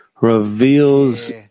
reveals